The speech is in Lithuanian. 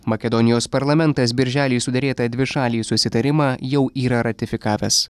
makedonijos parlamentas birželį suderėtą dvišalį susitarimą jau yra ratifikavęs